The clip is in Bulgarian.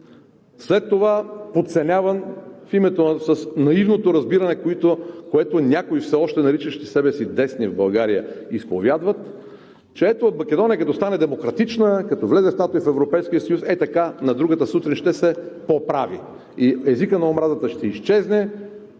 След това – подценяван в името с наивното разбиране, което някои все още наричащи себе си „десни“ в България изповядват, че ето Македония като стане демократична, като влезе в НАТО и Европейския съюз, ей-така на другата сутрин ще се оправи и езикът на омразата ще изчезне